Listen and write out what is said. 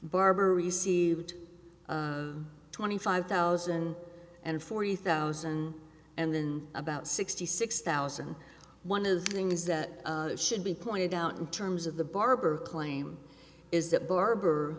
barbour received twenty five thousand and forty thousand and then about sixty six thousand one of the things that should be pointed out in terms of the barber claim is that barber